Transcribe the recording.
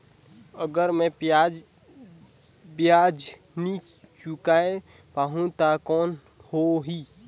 अगर मै ब्याज नी चुकाय पाहुं ता कौन हो ही?